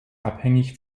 abhängig